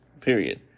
period